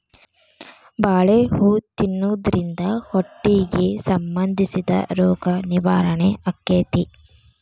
ಬಾಳೆ ಹೂ ತಿನ್ನುದ್ರಿಂದ ಹೊಟ್ಟಿಗೆ ಸಂಬಂಧಿಸಿದ ರೋಗ ನಿವಾರಣೆ ಅಕೈತಿ